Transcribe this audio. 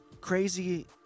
crazy